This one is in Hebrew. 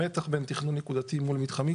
המתח בין תכנון נקודתי מול מתחמי.